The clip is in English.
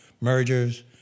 mergers